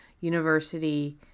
University